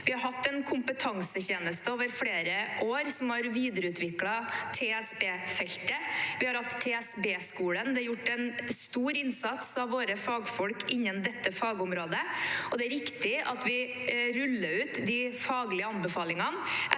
Vi har hatt en kompetansetjeneste over flere år som har videreutviklet TSB-feltet. Vi har hatt TSB-skolen. Det er gjort en stor innsats av våre fagfolk innen dette fagområdet, og det er riktig at vi ruller ut de faglige anbefalingene